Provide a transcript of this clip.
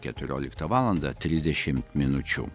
keturioliktą valandą trisdešimt minučių